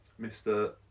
Mr